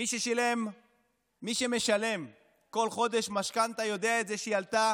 מי ששילם ומי שמשלם כל חודש משכנתה יודע שהיא עלתה